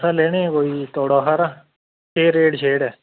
असें लैने हे कोई तोड़ा हारा केह् रेट शेट ऐ